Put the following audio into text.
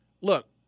Look